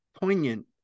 poignant